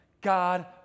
God